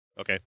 Okay